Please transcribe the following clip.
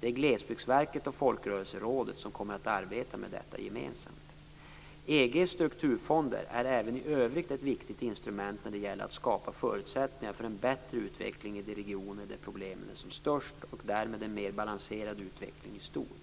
Det är Glesbygdsverket och Folkrörelserådet som kommer att arbeta med detta gemensamt. EG:s strukturfonder är även i övrigt ett viktigt instrument när det gäller att skapa förutsättningar för en bättre utveckling i de regioner där problemen är som störst och därmed en mer balanserad utveckling i stort.